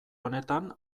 honetan